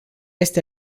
este